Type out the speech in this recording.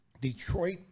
Detroit